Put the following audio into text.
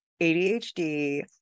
ADHD